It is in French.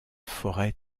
forêt